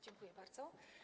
Dziękuję bardzo.